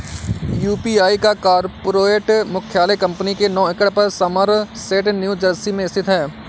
UPI का corporate मुख्यालय company के नौ एकड़ पर समरसेट न्यू जर्सी में स्थित है